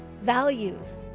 values